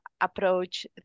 approach